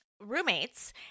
roommates